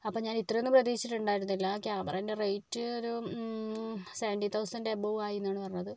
അപ്പം ഞാൻ ഇത്രയും ഒന്നും പ്രതിഷിച്ചിട്ട് ഉണ്ടായിരുന്നില്ല ക്യാററേൻ്റെ റേറ്റ് ഒരു സെവൻറ്റീ തൗസന്റ് എബവ് ആയി എന്നാണ് പറഞ്ഞത്